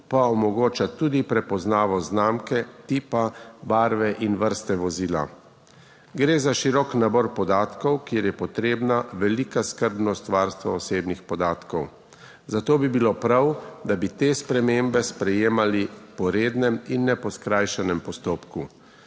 pa omogoča tudi prepoznavo znamke, tipa, barve in vrste vozila. Gre za širok nabor podatkov, kjer je potrebna velika skrbnost varstva osebnih podatkov. Zato bi bilo prav, da bi te spremembe sprejemali po rednem in ne po skrajšanem postopku.